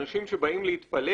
אנשים שבאים להתפלל,